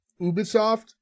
Ubisoft